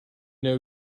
know